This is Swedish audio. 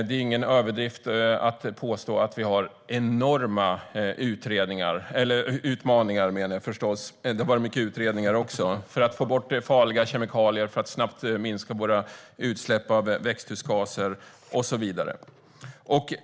Det är ingen överdrift att påstå att vi har enorma utmaningar för att få bort farliga kemikalier, för att snabbt minska våra utsläpp av växthusgaser och så vidare.